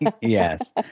Yes